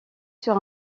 sur